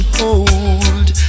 hold